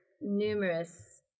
numerous